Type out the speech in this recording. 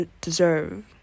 deserve